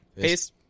Peace